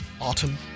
Autumn